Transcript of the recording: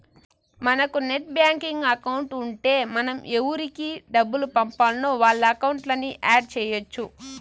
మనకు net banking account ఉంటే మనం ఎవురికి డబ్బులు పంపాల్నో వాళ్ళ అకౌంట్లని యాడ్ చెయ్యచ్చు